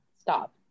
Stop